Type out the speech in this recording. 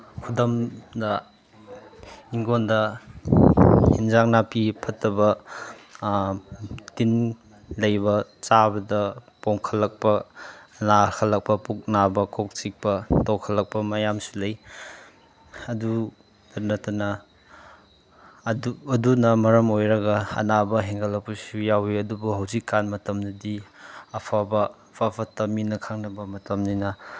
ꯈꯨꯗꯝꯅ ꯍꯤꯡꯒꯣꯟꯗ ꯍꯤꯟꯖꯥꯡ ꯅꯥꯄꯤ ꯐꯠꯇꯕ ꯇꯤꯟ ꯂꯩꯕ ꯆꯥꯕꯗ ꯄꯣꯝꯈꯠꯂꯛꯄ ꯅꯥꯈꯠꯂꯛꯄ ꯄꯨꯛ ꯅꯥꯕ ꯀꯣꯛ ꯆꯤꯛꯄ ꯇꯧꯈꯠꯂꯛꯄ ꯃꯌꯥꯝꯁꯨ ꯂꯩ ꯑꯗꯨꯇ ꯅꯠꯇꯅ ꯑꯗꯨꯅ ꯃꯔꯝ ꯑꯣꯏꯔꯒ ꯑꯅꯥꯕ ꯍꯦꯟꯒꯠꯂꯛꯄꯁꯨ ꯌꯥꯎꯏ ꯑꯗꯨꯕꯨ ꯍꯧꯖꯤꯛꯀꯥꯟ ꯃꯇꯝꯗꯗꯤ ꯑꯐꯕ ꯑꯐ ꯐꯠꯇ ꯃꯤꯅ ꯈꯪꯅꯕ ꯃꯇꯝꯅꯤꯅ